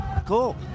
Cool